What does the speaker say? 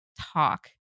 talk